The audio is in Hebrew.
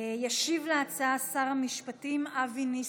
ישיב על ההצעה שר המשפטים אבי ניסנקורן.